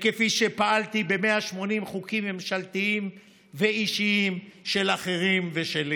וכפי שפעלתי ב-180 חוקים ממשלתיים ואישיים של אחרים ושלי.